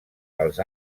als